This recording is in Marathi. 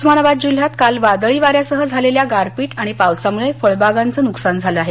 उस्मानाबाद जिल्ह्यात काल वादळी वाऱ्यासह झालेल्या गारपीट आणि पावसामुळे फळबागांचं प्रचंड नुकसान झालं आहे